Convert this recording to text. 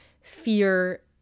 fear